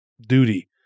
duty